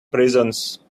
prisons